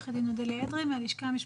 אני מהלשכה המשפטית.